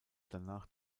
danach